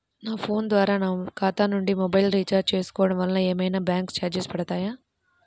నా ఫోన్ ద్వారా నా ఖాతా నుండి మొబైల్ రీఛార్జ్ చేసుకోవటం వలన ఏమైనా బ్యాంకు చార్జెస్ పడతాయా?